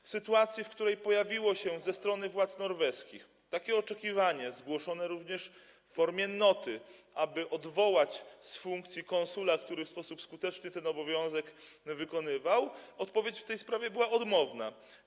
W sytuacji gdy pojawiło się ze strony władz norweskich oczekiwanie, zgłoszone również w formie noty, aby odwołać z funkcji konsula, który w sposób skuteczny ten obowiązek wykonywał, odpowiedź w tej sprawie była odmowna.